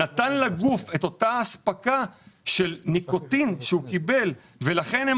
זה נתן לגוף את אותה אספקה של ניקוטין שהוא קיבל ולכן הם